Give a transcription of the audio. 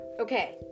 okay